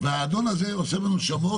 והאדון הזה עושה בנו שמות,